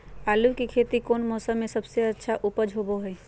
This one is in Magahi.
आलू की खेती कौन मौसम में सबसे अच्छा उपज होबो हय?